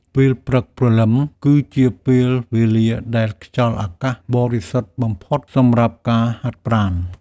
ពេលព្រឹកព្រលឹមគឺជាពេលវេលាដែលខ្យល់អាកាសបរិសុទ្ធបំផុតសម្រាប់ការហាត់ប្រាណ។